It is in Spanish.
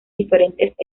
diferentes